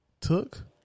Took